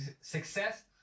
success